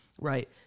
right